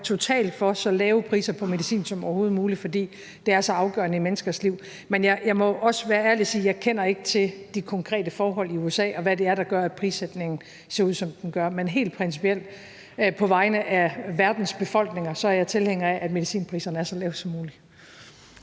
totalt for så lave priser på medicin som overhovedet muligt, for det er så afgørende i menneskers liv, men jeg må jo også være ærlig og sige, at jeg ikke kender til de konkrete forhold i USA, og hvad det er, der gør, at prissætningen ser ud, som den gør, men helt principielt på vegne af verdens befolkninger er jeg tilhænger af, at medicinpriserne er så lave som muligt.